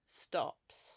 stops